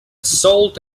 salt